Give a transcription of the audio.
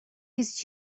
his